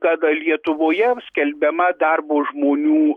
kada lietuvoje skelbiama darbo žmonių